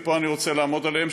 ופה אני רוצה לעמוד עליהם,